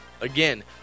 Again